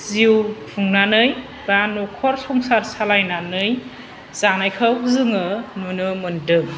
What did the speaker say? जिउ खुंनानै बा नखर संसार सालायनानै जानायखौ जोङो नुनो मोनदों